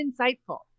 insightful